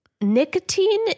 nicotine